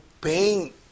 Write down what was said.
pain